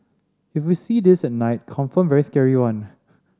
if we see this at night confirm very scary one